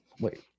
Wait